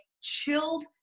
chilled